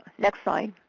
next slide,